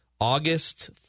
August